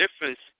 difference